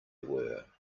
were